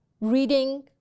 reading